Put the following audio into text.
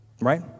right